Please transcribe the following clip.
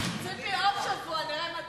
ציפי, עוד שבוע נראה מה תגידי.